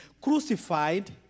crucified